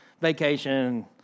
vacation